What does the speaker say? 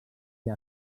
que